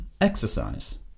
exercise